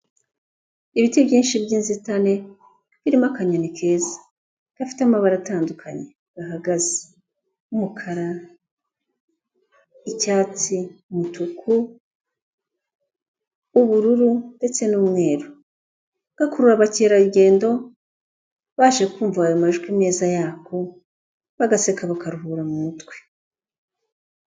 Ibiti byinshi by'inzitane birimo akanyoni keza gafite amabara atandukanye gahagaze umukara, icyatsi, umutuku, ubururu ndetse n'umweru, gakurura abakerarugendo baje kumva ayo majwi meza yako bagaseka bakaruhura mu mutwe.